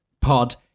pod